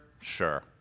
Sure